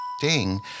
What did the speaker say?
ding